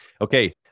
Okay